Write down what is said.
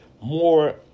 more